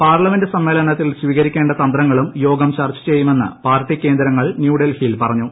parliament സമ്മേളനത്തിൽ സ്വീകരിക്കേണ്ട തന്ത്രങ്ങളും യോഗം പ്ർച്ച ചെയ്യുമെന്ന് പാർട്ടി കേന്ദ്രങ്ങൾ ന്യൂഡൽഹിയിൽ പ്രറഞ്ഞു